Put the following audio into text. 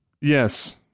yes